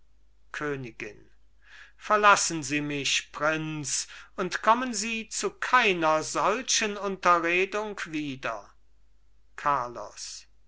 königin verlassen sie mich prinz und kommen sie zu keiner solchen unterredung wieder carlos